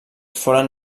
foren